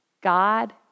God